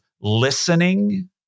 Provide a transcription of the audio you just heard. listening